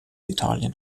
italien